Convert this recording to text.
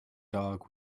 dog